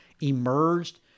emerged